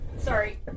Sorry